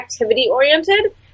activity-oriented